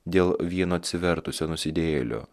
dėl vieno atsivertusio nusidėjėlio